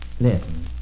listen